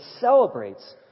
celebrates